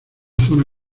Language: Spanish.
zona